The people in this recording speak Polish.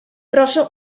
proszę